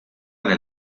del